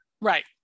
Right